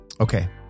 Okay